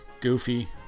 Goofy